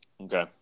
Okay